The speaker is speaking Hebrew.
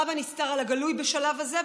רב הנסתר על הגלוי בשלב הזה,